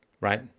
Right